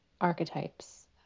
archetypes